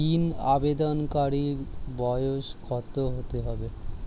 ঋন আবেদনকারী বয়স কত হতে হবে?